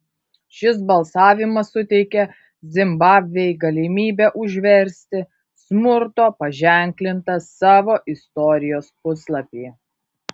šis balsavimas suteikė zimbabvei galimybę užversti smurto paženklintą savo istorijos puslapį